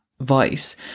voice